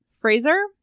Fraser